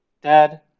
Dad